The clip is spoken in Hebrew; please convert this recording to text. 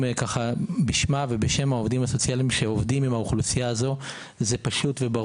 בשמה ובשם העובדים הסוציאליים שעובדים עם האוכלוסייה הזאת חשוב לומר